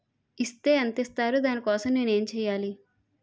Is తే ఎంత ఇస్తారు దాని కోసం నేను ఎంచ్యేయాలి?